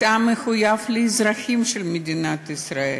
אתה מחויב לאזרחים של מדינת ישראל.